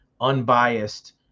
unbiased